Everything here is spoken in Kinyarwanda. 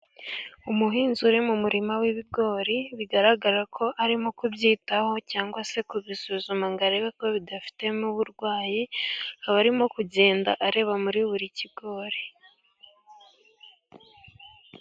Umuhinzi uri mu murima w'ibigori bigaragara ko arimo kubyitaho, cyangwa se kubisuzuma ngo arebe ko bidafitemo uburwayi, akaba arimo kugenda areba muri buri kigori